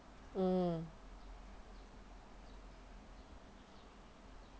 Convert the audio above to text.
mm